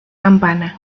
campana